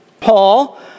Paul